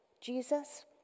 Jesus